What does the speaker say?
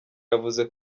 yavuze